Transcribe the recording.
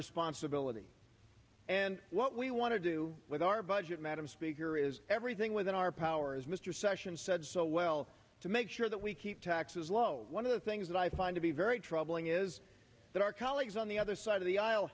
responsibility and what we want to do with our budget madam speaker is everything within our power as mr sessions said so well to make sure that we keep taxes low one of the things that i find to be very troubling is that our colleagues on the other side of the aisle